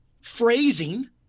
phrasing